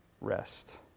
rest